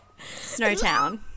Snowtown